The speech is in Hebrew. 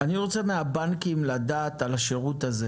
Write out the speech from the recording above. אני רוצה לדעת מהבנקים על השירות הזה